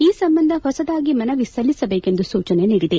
ಈ ಸಂಬಂದ ಹೊಸದಾಗಿ ಮನವಿ ಸಲಿಸಬೇಕೆಂದು ಸೂಚನೆ ನೀಡಿದೆ